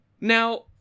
Now